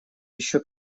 еще